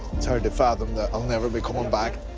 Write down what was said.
it's hard to fathom that i'll never be coming back.